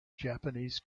japanese